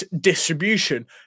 distribution